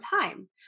time